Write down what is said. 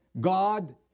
God